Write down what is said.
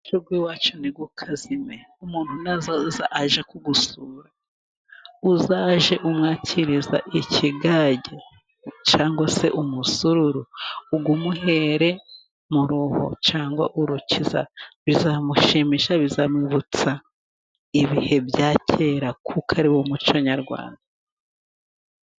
Umucu w'iwacu nt'ukazime, umuntu naba aje kugusura uzajye umwakiriza ikigage, cyangwa se umusururu uwumuhere mu ruho, cyangwa urukiza. Bizamushimisha bizamwibutsa ibihe bya kera kuko ariwo muco Nyarwanda.